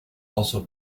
also